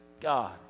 God